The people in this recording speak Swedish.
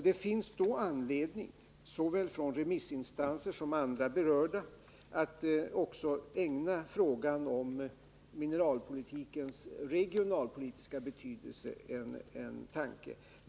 Det finns då anledning, såväl för remissinstanser som för andra berörda, att även ägna frågan om mineralpolitikens regionalpolitiska betydelse en tanke.